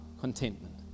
contentment